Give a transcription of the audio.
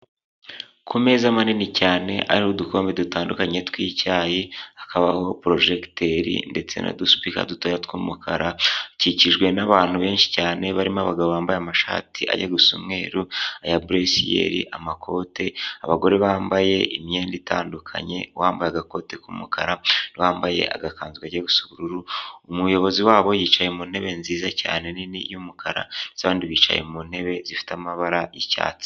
Ku meza manini cyane ari udukombe dutandukanye tw'icyayi hakabaho porojegiteri ndetse n’udusupika dutoya tw'umukara ikikijwe n'abantu benshi cyane barimo abagabo bambaye amashati ajya gusa umweru aya buresiyeri amakote abagore bambaye imyenda itandukanye uwambaye aga ikote k'umukara uwambaye agakanzu kagiye gusa ubururu umuyobozi wabo yicaye mu ntebe nziza cyane nini y'umukara abandi bicaye mu ntebe zifite amabara y'icyatsi.